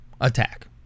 attack